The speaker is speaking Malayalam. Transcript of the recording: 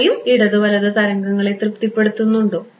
അവയും ഇടത് വലത് തരംഗങ്ങളെ തൃപ്തിപ്പെടുത്തുന്നുണ്ടോ